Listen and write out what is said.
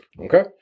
Okay